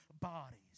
bodies